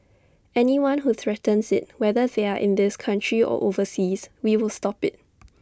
anyone who threatens IT whether they are in this country or overseas we will stop IT